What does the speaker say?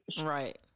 Right